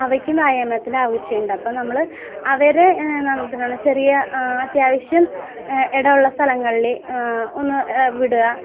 അവയ്ക്കു വ്യായാമത്തിൻ്റെ ആവിശ്യമുണ്ട് അപ്പം നമ്മള് അവരെ എന്തിരാണ് ചെറിയ അത്യാവശ്യം ഇടമുള്ള സ്ഥലങ്ങളിൽ ഒന്ന് വിടുക